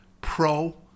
pro